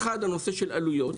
אחד, הנושא של עלויות.